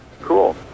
Cool